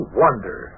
wonder